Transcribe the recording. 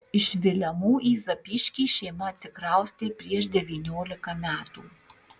iš vilemų į zapyškį šeima atsikraustė prieš devyniolika metų